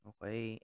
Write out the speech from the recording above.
Okay